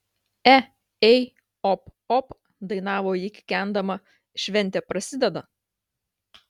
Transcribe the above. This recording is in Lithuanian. e ei op op dainavo ji kikendama šventė prasideda